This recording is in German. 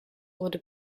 wurde